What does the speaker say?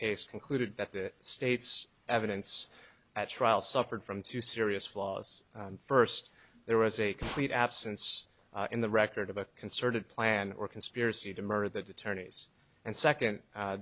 case concluded that the state's evidence at trial suffered from two serious flaws first there was a complete absence in the record of a concerted plan or conspiracy to murder the tourney's and second